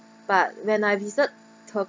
but when I visit tur~